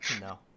No